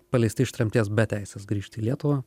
paleisti iš tremties be teisės grįžti į lietuvą